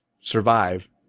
survive